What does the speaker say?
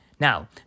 Now